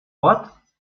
what